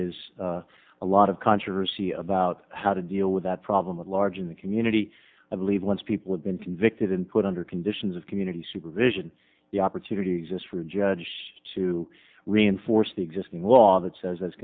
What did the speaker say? is a lot of controversy about how to deal with that problem at large in the community i believe once people have been convicted and put under conditions of community supervision the opportunity exists for a judge to reinforce the existing law that says